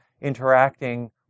interacting